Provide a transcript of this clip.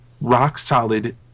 rock-solid